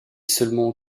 seulement